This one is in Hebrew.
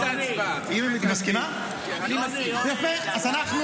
אז אולי אנחנו